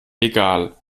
egal